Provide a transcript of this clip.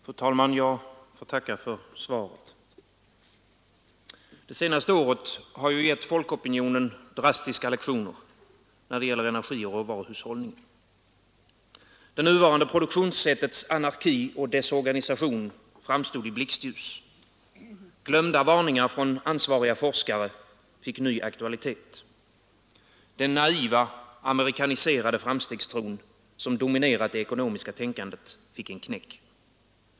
Fru talman! Det senaste året har gett folkopinionen drastiska lektioner när det gäller energioch råvaruhushållningen. Det nuvarande produktionssättets anarki och desorganisation framstod i blixtljus. Glömda varningar från ansvariga forskare fick ny aktualitet. Den naiva, amerikaniserade framstegstron, som dominerat det ekonomiska tänkandet, fick en knäck.